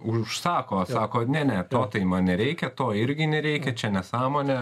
užsako sako ne ne to tai man nereikia to irgi nereikia čia nesąmonė